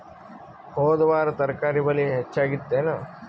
ಹೊದ ವಾರ ತರಕಾರಿ ಬೆಲೆ ಹೆಚ್ಚಾಗಿತ್ತೇನ?